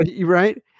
right